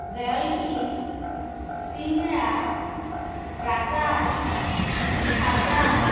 জেলপী চিংৰা গাজা খাজা